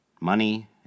money